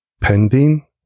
pending